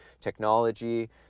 technology